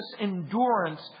endurance